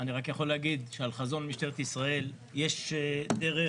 אני רק יכול להגיד שלמשטרת ישראל יש ערך,